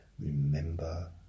remember